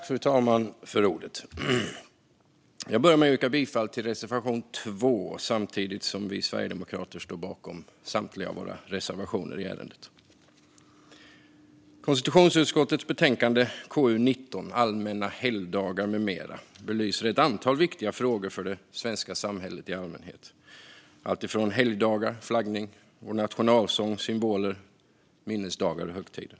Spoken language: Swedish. Fru talman! Jag yrkar bifall endast till reservation 2, men vi sverigedemokrater står bakom samtliga av våra reservationer i betänkandet. Konstitutionsutskottets betänkande KU19, Allmänna helgdagar m.m. , belyser ett antal frågor som är viktiga för det svenska samhället i allmänhet, alltifrån helgdagar och flaggning till Sveriges nationalsång, symboler, minnesdagar och högtider.